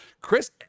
Chris